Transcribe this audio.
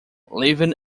living